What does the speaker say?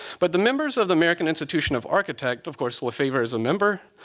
but the members of the american institution of architect, of course, lefavor is a member,